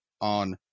on